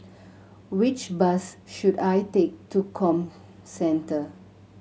which bus should I take to Comcentre